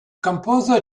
composer